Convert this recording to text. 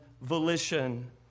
volition